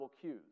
cues